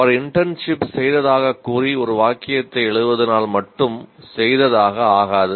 அவர் internship செய்ததாக கூறி ஒரு வாக்கியத்தை எழுதுவதினால் மட்டும் செய்ததாக ஆகாது